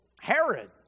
Herod